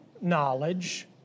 knowledge